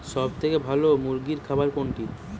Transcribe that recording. সবথেকে ভালো মুরগির খাবার কোনটি?